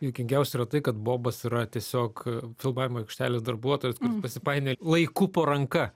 juokingiausia yra tai kad bobas yra tiesiog filmavimo aikštelės darbuotojas kuris pasipainiojo laiku po ranka